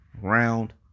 Round